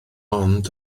ond